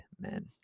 men